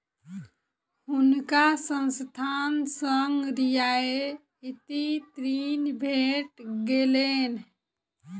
हुनका संस्थान सॅ रियायती ऋण भेट गेलैन